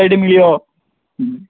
ଏଇଠି ମିଳିବ